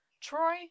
Troy